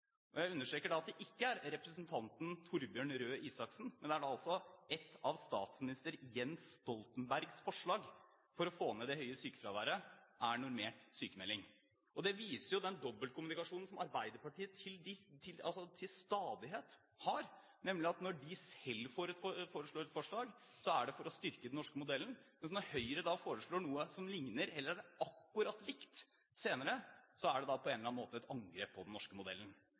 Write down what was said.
Jeg understreker at det ikke er representanten Torbjørn Røe Isaksens forslag, men at et av statsminister Jens Stoltenbergs forslag for å få ned det høye sykefraværet er normert sykmelding. Det viser den dobbeltkommunikasjonen som Arbeiderpartiet til stadighet har, nemlig at når de selv kommer med et forslag, er det for å styrke den norske modellen, mens når Høyre senere foreslår noe som ligner, eller er akkurat likt, er det på en eller annen måte et angrep på den norske modellen.